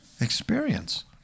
experience